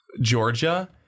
Georgia